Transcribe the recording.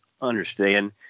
understand –